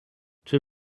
czy